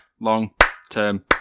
long-term